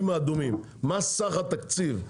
מה סך התקציב,